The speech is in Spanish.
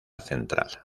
central